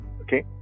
okay